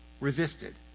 resisted